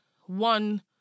one